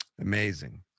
Amazing